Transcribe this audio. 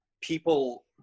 people